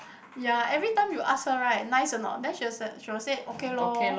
ya every time you ask her right nice or not then she was she will said okay lor